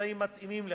אמצעים מתאימים לכך,